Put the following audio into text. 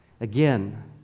Again